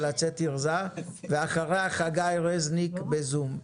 ואחריה חגי רזניק בזום.